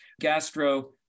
gastro